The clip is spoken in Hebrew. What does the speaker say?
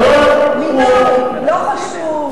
מינורי, לא חשוב...